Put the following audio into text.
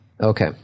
Okay